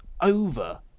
over